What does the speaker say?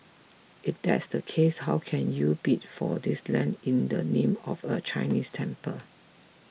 if that's the case how can you bid for this land in the name of a Chinese temple